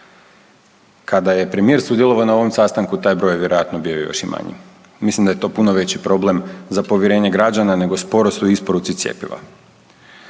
Kada je premijer sudjelovao na ovom sastanku, taj broj je vjerojatno bio još i manji. Mislim da je to puno veći problem za povjerenje građana nego sporost u isporuci cjepiva.